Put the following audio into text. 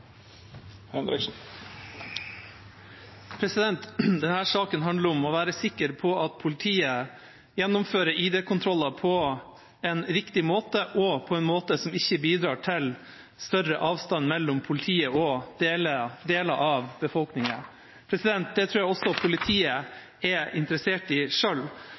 saken handler om å være sikker på at politiet gjennomfører ID-kontroller på en riktig måte, og på en måte som ikke bidrar til større avstand mellom politiet og deler av befolkningen. Det tror jeg politiet selv også er interessert i.